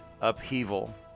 upheaval